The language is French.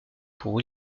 pour